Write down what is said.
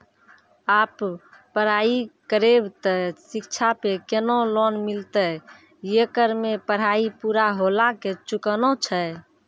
आप पराई करेव ते शिक्षा पे केना लोन मिलते येकर मे पराई पुरा होला के चुकाना छै?